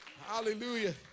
Hallelujah